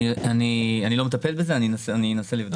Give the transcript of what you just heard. אני אנסה לברר.